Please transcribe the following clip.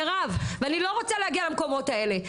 מירב ואני לא רוצה להגיע למקומות האלה,